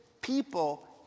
people